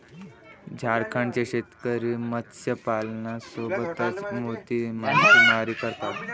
झारखंडचे शेतकरी मत्स्यपालनासोबतच मोती मासेमारी करतात